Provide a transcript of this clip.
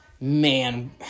man